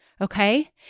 okay